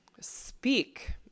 speak